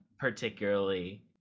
particularly